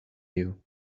you